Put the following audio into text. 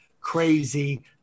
Crazy